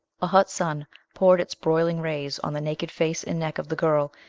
a hot sun poured its broiling rays on the naked face and neck of the girl,